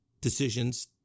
decisions